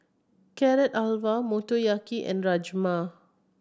Carrot Halwa Motoyaki and Rajma